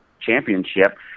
championship